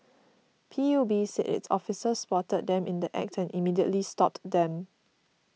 P U B said its officers spotted them in the Act and immediately stopped them